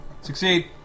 succeed